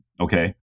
okay